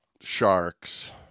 sharks